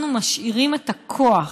אנחנו משאירים את הכוח,